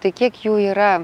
tai kiek jų yra